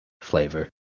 flavor